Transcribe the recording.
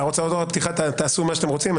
בהצהרות הפתיחה תעשו מה שאתם רוצים,